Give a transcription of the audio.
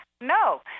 No